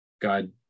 God